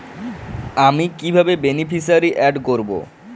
আমি কিভাবে beneficiary add করব?